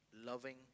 loving